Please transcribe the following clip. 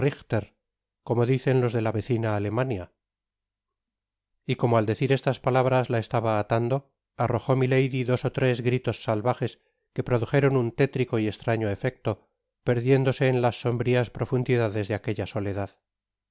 como dicen tos de la vecina alemania y como al decir estas palabras la estaba atando arrojó milady dos ótres gritos salvajes que produjeron un tétrico y estraño efecto perdiéndose en las sombrias profundidades de aquella soledad